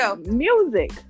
music